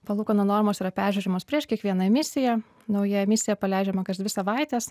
palūkanų normos yra peržiūrimos prieš kiekvieną emisiją nauja emisija paleidžiama kas dvi savaites